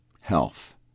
health